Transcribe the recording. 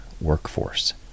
workforce